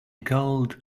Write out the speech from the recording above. gold